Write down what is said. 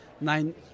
nine